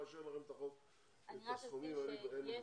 אני מאשר לכם את הסכומים שאתם מבקשים ואין לי ויכוח.